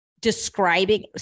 describing